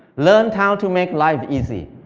learn how to make life easy.